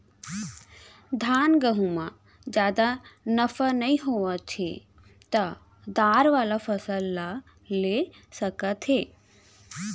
धान, गहूँ म जादा नफा नइ होवत हे त दार वाला फसल ल ले सकत हे